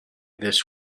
this